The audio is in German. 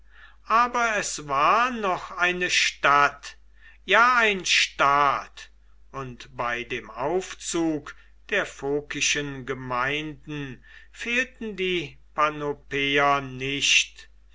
aber es war noch eine stadt ja ein staat und bei dem aufzug der phokischen gemeinden fehlten die panopeer nicht